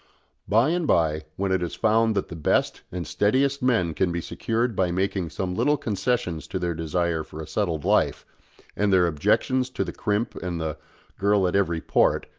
by and by, when it is found that the best and steadiest men can be secured by making some little concessions to their desire for a settled life and their objections to the crimp and the girl at every port,